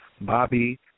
Bobby